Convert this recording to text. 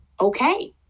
okay